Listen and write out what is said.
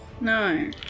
No